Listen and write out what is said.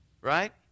right